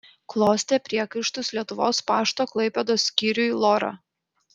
klostė priekaištus lietuvos pašto klaipėdos skyriui lora